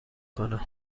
کنم